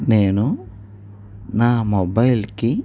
నేను నా మొబైల్కి